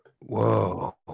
whoa